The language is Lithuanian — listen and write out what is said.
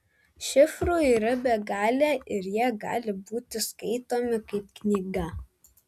šifrų yra begalė ir jie gali būti skaitomi kaip knyga